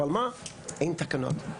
אבל מה אין תקנות,